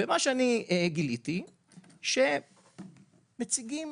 וגיליתי שמציגים